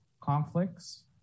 conflicts